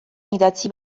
idatzi